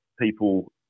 people